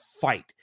fight